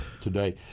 today